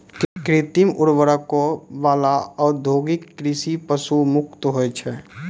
कृत्रिम उर्वरको वाला औद्योगिक कृषि पशु मुक्त होय छै